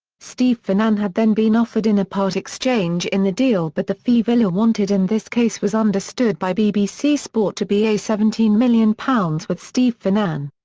steve finnan had then been offered in a part-exchange in the deal but the fee villa wanted in this case was understood by bbc sport to be seventeen million pounds with steve finnan.